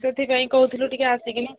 ସେଥିପାଇଁ କହୁଥିଲୁ ଟିକିଏ ଆସିକି